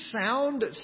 sound